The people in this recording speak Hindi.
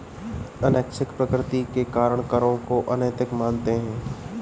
अनैच्छिक प्रकृति के कारण करों को अनैतिक मानते हैं